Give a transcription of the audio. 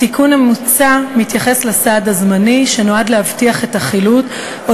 התיקון המוצע מתייחס לסעד הזמני שנועד להבטיח את החילוט או